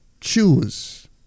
choose